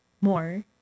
more